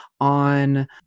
on